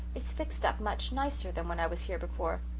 is fixed up much nicer than when i was here before.